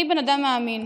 אני בן אדם מאמין,